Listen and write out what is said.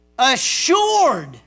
assured